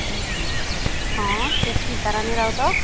ହଁ କିଏ ସ୍ମିତାରାଣୀ ରାଉତ